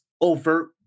overt